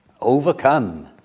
Overcome